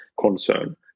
concern